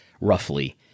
roughly